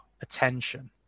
attention